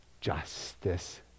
justice